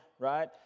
right